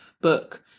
book